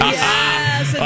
yes